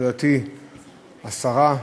מכובדתי השרה,